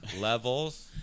Levels